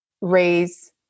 raise